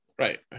Right